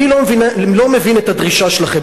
אני לא מבין את הדרישה שלכם,